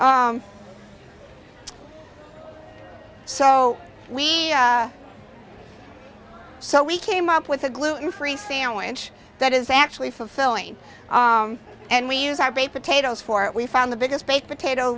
so we so we came up with a gluten free sandwich that is actually fulfilling and we use our brain potatoes for it we found the biggest baked potato